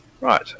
Right